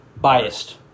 Biased